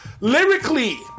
lyrically